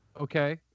Okay